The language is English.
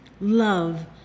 love